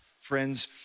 Friends